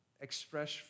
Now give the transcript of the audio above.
express